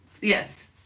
Yes